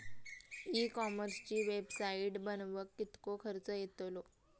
E कॉमर्सची website बनवक किततो खर्च येतलो?